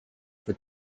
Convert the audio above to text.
for